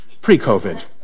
Pre-COVID